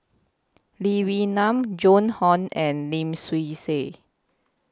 Lee Wee Nam Joan Hon and Lim Swee Say